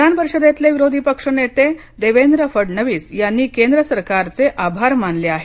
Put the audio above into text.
विधान परिषदेतले विरोधी पक्ष नेते देवेंद्र फडणवीस यांनी केंद्र सरकारचे आभार मानले आहेत